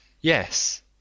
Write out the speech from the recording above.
Yes